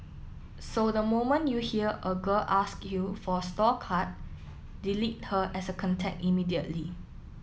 so the moment you hear a girl ask you for a store card delete her as a contact immediately